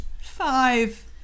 Five